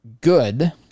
good